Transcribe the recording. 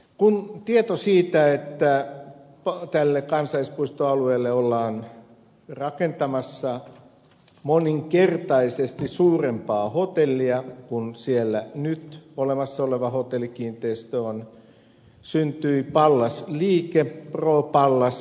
kun tieto siitä että tälle kansallispuistoalueelle ollaan rakentamassa moninkertaisesti suurempaa hotellia kuin siellä nyt olemassa oleva hotellikiinteistö on syntyi pallas liike pro pallas